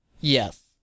Yes